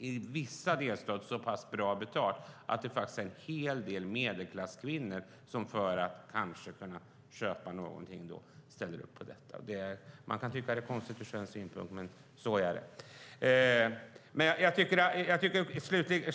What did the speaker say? I vissa delstater får man så pass bra betalt att det är en hel del medelklasskvinnor som ställer upp på detta - kanske för att kunna köpa någonting. Man kan tycka att det är konstigt ur svensk synpunkt, men så är det.